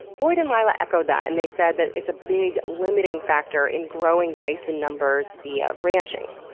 boyd and lila echoed that and they said that it's a big limiting factor in growing bison numbers via ranching.